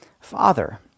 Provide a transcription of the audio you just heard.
Father